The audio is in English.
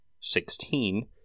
sixteen